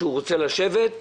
שהוא רוצה לשבת.